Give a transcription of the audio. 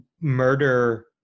murder